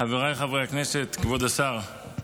חבריי חברי הכנסת, כבוד השר,